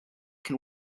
can